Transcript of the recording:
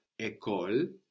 école